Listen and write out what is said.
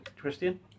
Christian